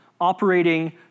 operating